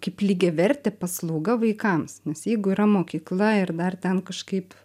kaip lygiavertė paslauga vaikams nes jeigu yra mokykla ir dar ten kažkaip